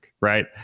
right